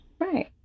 Right